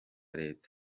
leta